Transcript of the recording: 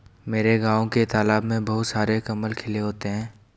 मेरे गांव के तालाब में बहुत सारे कमल खिले होते हैं